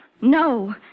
No